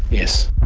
yes.